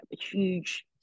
huge